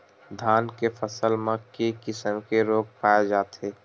धान के फसल म के किसम के रोग पाय जाथे?